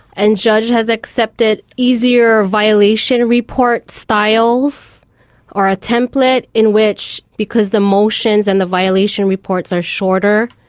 and judge has accepted easier violation report styles or a template in which, because the motions and the violation reports are shorter,